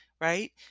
Right